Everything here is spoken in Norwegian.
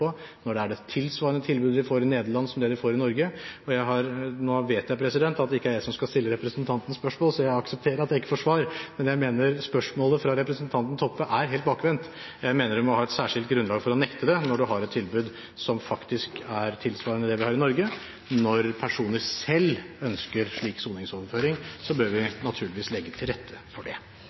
når det er tilsvarende tilbud de får i Nederland som det de får i Norge? Nå vet jeg at det ikke er jeg som skal stille representanten spørsmål, så jeg aksepterer at jeg ikke får svar, men jeg mener at spørsmålet fra representanten Toppe er helt bakvendt. Jeg mener en må ha et særskilt grunnlag for å kunne nekte det, når en har et tilbud som faktisk er tilsvarende det vi har i Norge. Når personer selv ønsker slik soningsoverføring, bør vi naturligvis legge til rette for det.